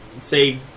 say